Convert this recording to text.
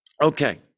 Okay